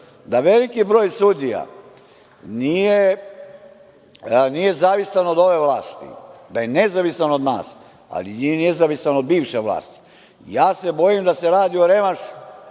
da veliki broj sudija nije zavistan od ove vlasti, da je nezavisan od nas, ali nezavisan od bivše vlasti. Bojim se da se radi o revanšu